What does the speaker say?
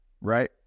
right